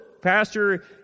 pastor